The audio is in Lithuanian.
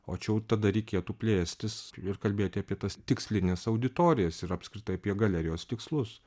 o čia jau tada reikėtų plėstis ir kalbėti apie tas tikslines auditorijas ir apskritai apie galerijos tikslus